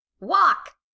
walk